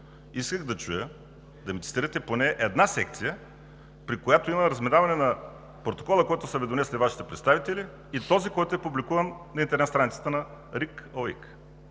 Исках да чуя да ми цитирате поне една секция, при която има разминаване на протокола, който са Ви донесли Вашите представители, и този, който е публикуван на интернет страниците на РИК и ОИК.